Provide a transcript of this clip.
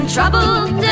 Troubled